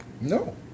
no